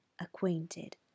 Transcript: acquainted